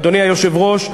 אדוני היושב-ראש,